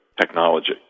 technology